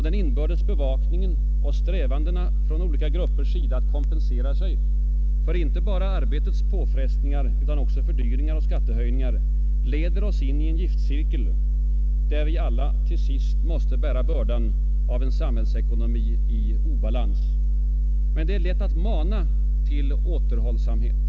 Den inbördes bevakningen och strävandena från olika gruppers sida att kompensera sig för icke bara arbetets påfrestningar utan också fördyringar och skattehöjningar leder oss in i en giftcirkel, där vi alla till sist måste bära bördan av en samhällsekonomi i obalans. Det är lätt att mana till återhållsamhet.